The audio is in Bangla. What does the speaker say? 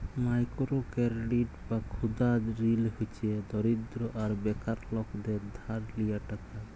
মাইকোরো কেরডিট বা ক্ষুদা ঋল হছে দরিদ্র আর বেকার লকদের ধার লিয়া টাকা